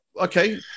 Okay